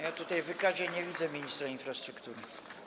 Ja tutaj w wykazie nie widzę ministra infrastruktury.